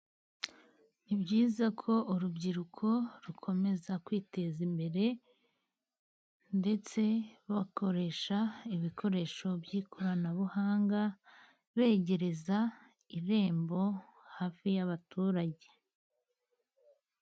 Ni byiza ko urubyiruko rukomeza kwiteza imbere, ndetse bakoresha ibikoresho by'ikoranabuhanga, begereza irembo hafi y'abaturage.